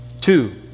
Two